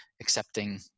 accepting